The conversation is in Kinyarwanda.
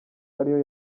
ariyo